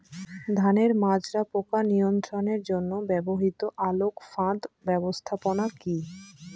ধানের মাজরা পোকা নিয়ন্ত্রণের জন্য ব্যবহৃত আলোক ফাঁদ ব্যবস্থাপনা কি?